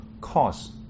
cause